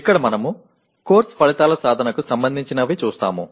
ఇక్కడ మనము కోర్సు ఫలితాల సాధనకు సంబంధించినవి చూస్తాము